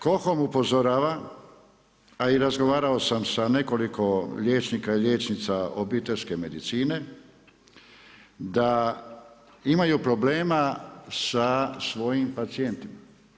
KoHOM upozorava, a i razgovarao sam sa nekoliko liječnika i liječnica obiteljske medicine da imaju problema sa svojim pacijentima.